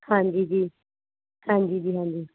ਹਾਂਜੀ ਜੀ ਹਾਂਜੀ ਜੀ ਹਾਂਜੀ